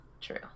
True